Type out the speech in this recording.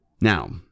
Now